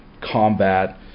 combat